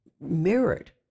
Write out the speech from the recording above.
mirrored